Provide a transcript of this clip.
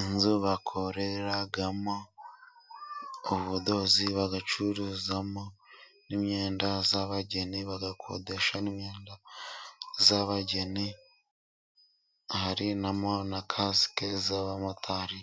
Inzu bakoreramo ubudozi ,bagacuruzamo n'imyenda z'abageni, bagakodesha n' imyenda y'abageni harimo na caske z'abamotari